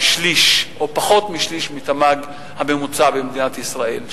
שליש או פחות משליש מהתמ"ג הממוצע במדינת ישראל,